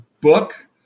Book